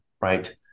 right